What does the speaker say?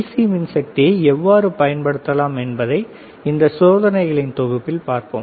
C மின்சக்தியை எவ்வாறு பயன்படுத்தலாம் என்பதை இந்த சோதனைகளின் தொகுப்பில் பார்ப்போம்